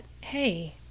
hey